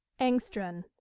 engstrand.